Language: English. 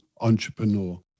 entrepreneur